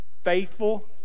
faithful